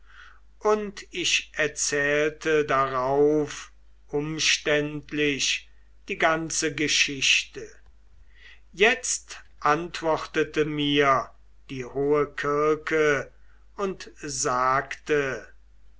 und ich erzählte darauf umständlich die ganze geschichte jetzt antwortete mir die hohe kirke und sagte